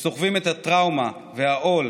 שסוחבים את הטראומה והעול,